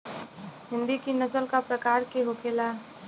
हिंदी की नस्ल का प्रकार के होखे ला?